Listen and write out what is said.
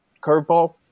curveball